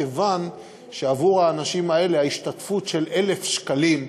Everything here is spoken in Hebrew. כיוון שעבור האנשים האלה ההשתתפות של 1,000 שקלים,